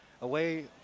away